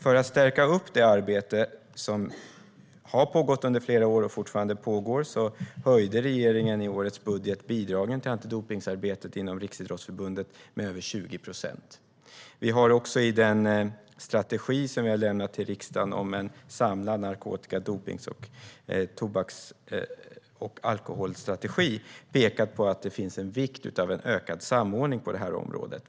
För att stärka det arbete som har pågått under flera år, och som fortfarande pågår, höjde regeringen i årets budget bidragen till antidopningsarbetet inom Riksidrottsförbundet med över 20 procent. I den strategi som vi har lämnat till riksdagen om en samlad narkotika, dopnings och alkoholpolitik har vi pekat på att det är viktigt med en ökad samordning på det här området.